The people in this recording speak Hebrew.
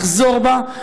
לחזור בה.